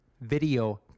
Video